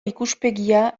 ikuspegia